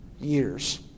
years